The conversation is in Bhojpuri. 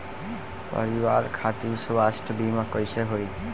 परिवार खातिर स्वास्थ्य बीमा कैसे होई?